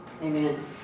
Amen